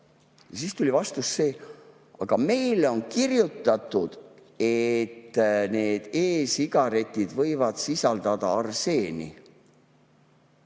Siis tuli vastus: "Aga meile on kirjutatud, et need e‑sigaretid võivad sisaldada arseeni."